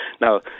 Now